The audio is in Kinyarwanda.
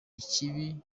ikibi